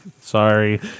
Sorry